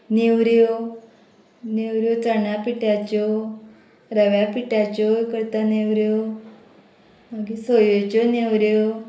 नेवऱ्यो नेवऱ्यो चण्या पिठ्याच्यो रव्या पिट्याच्योय करता नेवऱ्यो मागीर सोयेच्यो नेवऱ्यो